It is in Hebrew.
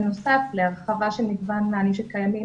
בנוסף להרחבה של מגוון מענים שקיימים